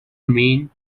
mean